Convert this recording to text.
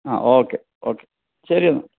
ആ okay okay ശരിയന്നാൽ